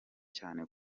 cyane